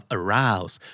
Arouse